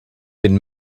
been